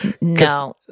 No